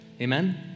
Amen